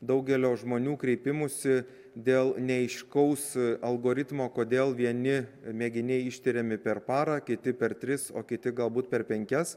daugelio žmonių kreipimųsi dėl neaiškaus algoritmo kodėl vieni mėginiai ištiriami per parą kiti per tris o kiti galbūt per penkias